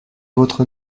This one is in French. votre